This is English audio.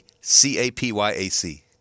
C-A-P-Y-A-C